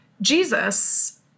Jesus